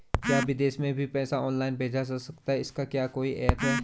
क्या विदेश में भी पैसा ऑनलाइन भेजा जा सकता है इसका क्या कोई ऐप है?